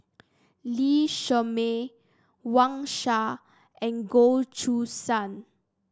Lee Shermay Wang Sha and Goh Choo San